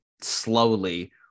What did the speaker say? slowly